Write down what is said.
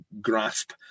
grasp